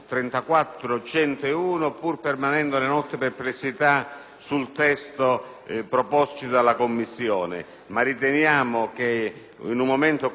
Grazie,